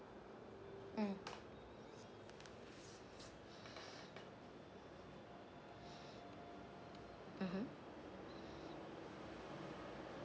mm (uh huh)